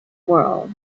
world